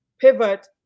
pivot